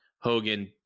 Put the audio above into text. hogan